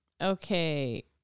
Okay